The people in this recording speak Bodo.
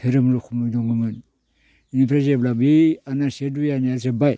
धोरोम नखम दङमोन बिनिफ्राय जेब्ला बे आनासे दुय आनाया जोबबाय